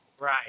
Right